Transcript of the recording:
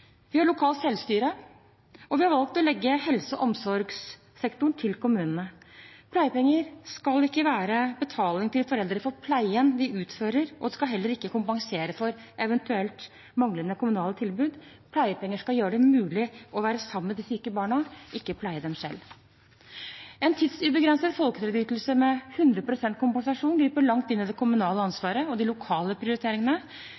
Vi har lokalt selvstyre, og vi har valgt å legge helse- og omsorgssektoren til kommunene. Pleiepenger skal ikke være betaling til foreldre for pleien de utfører, og skal heller ikke kompensere for eventuelle manglende kommunale tilbud. Pleiepenger skal gjøre det mulig å være sammen med de syke barna, ikke pleie dem selv. En tidsubegrenset folketrygdytelse med 100 pst. kompensasjon griper langt inn i det kommunale